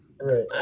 Right